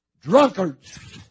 drunkards